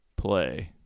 play